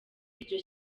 iryo